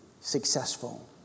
successful